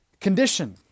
condition